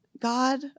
God